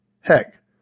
Heck